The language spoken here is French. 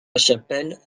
chapelle